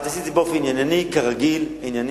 את עשית את זה באופן ענייני, כרגיל, ענייני